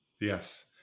yes